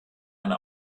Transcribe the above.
eine